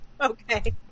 okay